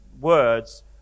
words